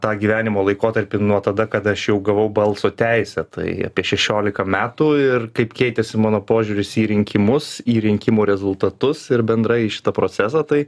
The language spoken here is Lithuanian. tą gyvenimo laikotarpį nuo tada kada aš jau gavau balso teisę tai apie šešiolika metų ir kaip keitėsi mano požiūris į rinkimus į rinkimų rezultatus ir bendrai į šitą procesą tai